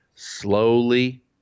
Slowly